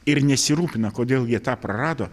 ir nesirūpina kodėl jie tą prarado